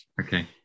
okay